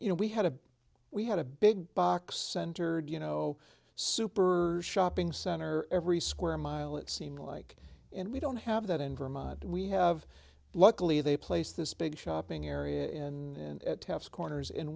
you know we had a we had a big box centered you know super shopping center every square mile it seemed like and we don't have that in vermont we have luckily they place this big shopping area in the corners